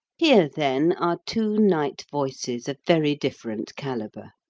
here, then, are two night-voices of very different calibre.